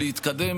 להתקדם